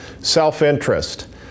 self-interest